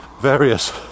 various